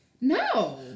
No